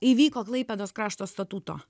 įvyko klaipėdos krašto statuto